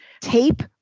tape